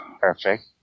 Perfect